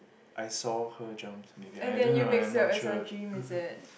I saw her jumped maybe I don't know I'm not sure